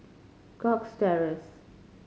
Cox Terrace